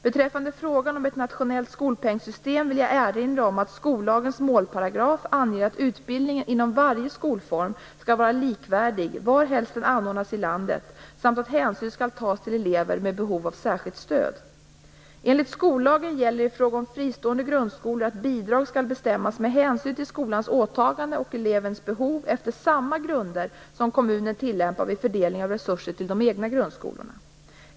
Beträffande frågan om ett nationellt skolpengssystem vill jag erinra om att skollagens målparagraf anger att utbildningen inom varje skolform skall vara likvärdig, varhelst den anordnas i landet samt att hänsyn skall tas till elever med behov av särskilt stöd. Enligt skollagen gäller i fråga om fristående grundskolor att bidrag skall bestämmas med hänsyn till skolans åtagande och elevens behov efter samma grunder som kommunen tillämpar vid fördelning av resurser till de egna grundskolorna.